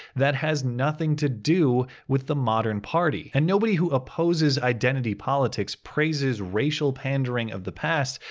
that has nothing to do with the modern party? and nobody who opposes identity politics, praises racial pandering of the past,